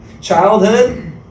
childhood